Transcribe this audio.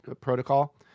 protocol